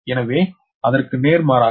எனவே அதற்கு நேர்மாறாக